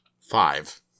Five